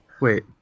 Wait